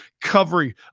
covering